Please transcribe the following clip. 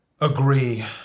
agree